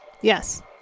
Yes